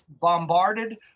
bombarded